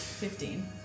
Fifteen